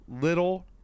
little